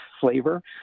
flavor